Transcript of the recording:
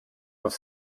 auf